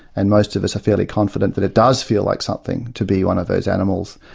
and most of us are fairly confident that it does feel like something to be one of those animals.